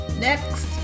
Next